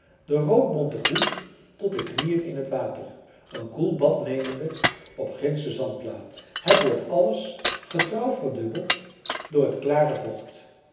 de roodbonte koe tot de knieën in het water een koel bad nemende op gindsche zandplaat het wordt alles getrouw verdubbeld door het klare vocht